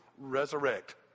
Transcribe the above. resurrect